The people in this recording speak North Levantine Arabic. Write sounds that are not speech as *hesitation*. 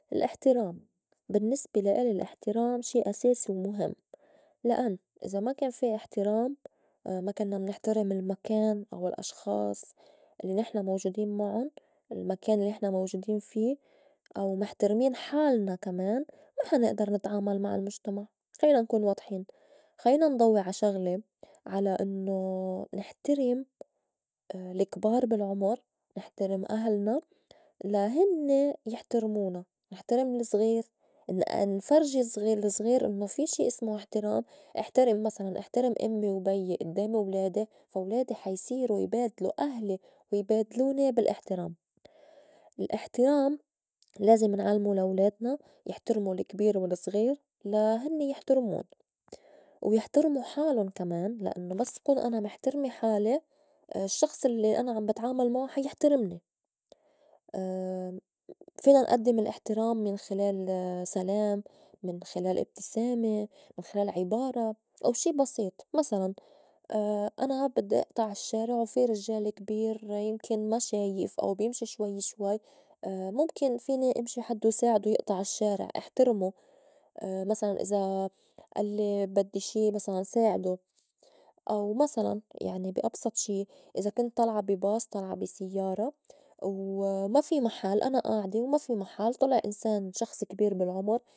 الإحترام بالنّسبة لا إلي الإحترام شي أساسي ومُهم لأن إذا ما كان في إحترام ما كنّا منحترم المكان أو الأشخاص الّي نحن موجودين معُن المكان الّي نحن موجودين في أو محترمين حالنا كمان ما حا نئدر نتعامل مع المُجتمع خلّينا نكون واضحين. خلّينا نضوّي عا شغلة على إنّو نحترم الكبار بالعمر، نحترم أهلنا لا هنّي يحترمونا، نحترم الزغير ان- انفرجي الزغير- الزغير إنّو في شي اسمو إحترام، إحترم مسلاً احترم أمّي وبيي إدّام ولادي فا ولادي حا يصيروا يبادلو أهلي ويبادلوني بالأحترام. الأحترام لازم نعلمو لا ولادنا يحترمو الكبير والزغير لا هنّي يحترمون ويحترمو حالُن كمان لأنّو بس كون أنا محترمة حالي *hesitation* الشّخص الّي أنا عم بتعامل معو حا يحترمني. *hesitation* فينا نئدّم الأحترام من خِلال *hesitation* سلام، من خِلال ابتسامة، من خِلال عِبارة أو شي بسيط. مسلاً *hesitation* أنا بدّي أقطع الشّارع وفي رجّال كبير يمكن ما شايف او بيمشي شوي شوي *hesitation* مُمكن فيني أمشي حدّو ساعدو يقطع الشّارع احترموا *hesitation* مسلاً إذا ألّي بدّي شي مسلاً ساعدو أو مسلاً يعني بي أبسط شي إذا كنت طالعة بي باص طالعة بي سيّارة وما في محل أنا آعدة وما في محل طُلع إنسان شخص كبير بالعمر.